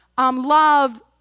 Love